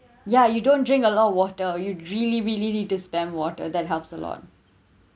ya you don't drink a lot of water you really really need to spam water that helps a lot